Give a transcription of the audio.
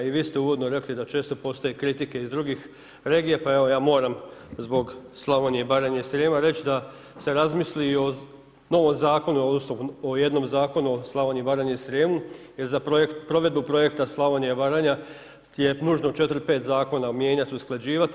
I vi ste uvodno rekli da često postoje kritike iz drugih regija pa ja moram zbog Slavonije, Baranje i Srijema reći da se razmisli i o novom zakonu, odnosno o jednom zakonu o Slavoniji, Baranji i Srijemu jer za provedbu projekta Slavonija Baranja je nužno 4, 5 zakona mijenjat, usklađivat.